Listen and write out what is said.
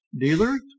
dealers